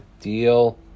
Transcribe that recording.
deal